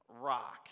rock